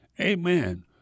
Amen